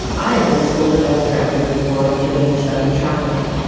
i've been scolded by the director before for getting stuck in traffic.